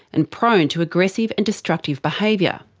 and prone to aggressive and destructive behaviour.